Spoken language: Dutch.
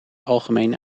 algemeen